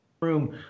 room